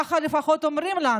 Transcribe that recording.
ככה לפחות אומרים לנו.